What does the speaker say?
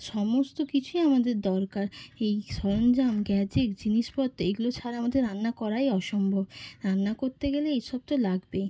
সমস্ত কিছুই আমাদের দরকার এই সরঞ্জাম গ্যাজেট জিনিসপত্র এগুলো ছাড়া আমাদের রান্না করাই অসম্ভব রান্না করতে গেলে এই সব তো লাগবেই